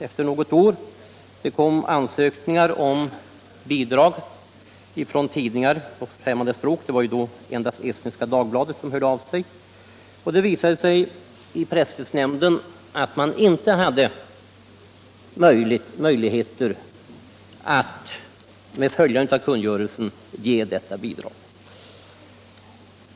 Efter något år kom det ansökningar om bidrag från tidningar på främmande språk — det var i början endast Estniska Dagbladet som hörde av sig. Det visade sig då att presstödsnämnden inte hade möjligheter att ge detta bidrag om man följde kungörelsen.